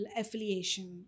affiliation